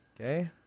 Okay